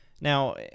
Now